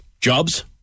jobs